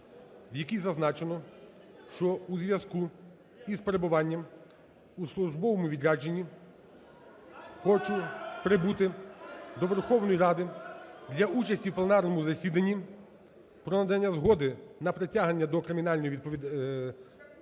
в якій зазначено, що у зв'язку з перебуванням у службовому відрядженні, хочу прибути до Верховної Ради для участі в пленарному засіданні про надання згоди на притягнення до кримінальної відповідальності